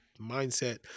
mindset